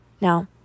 Now